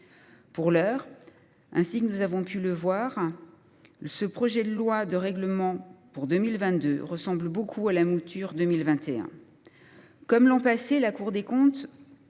Pour l’heure, ainsi que nous avons pu le voir, ce projet de loi de règlement de l’année 2022 ressemble beaucoup à la mouture 2021. Comme l’an passé, la Cour des comptes